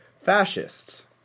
Fascists